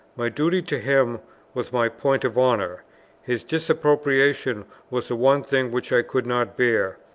my duty to him was my point of honour his disapprobation was the one thing which i could not bear.